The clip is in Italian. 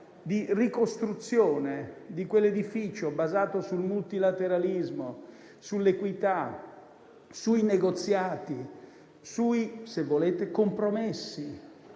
di ricostruzione di quell'edificio basato sul multilateralismo, sull'equità, sui negoziati, sui compromessi,